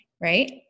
right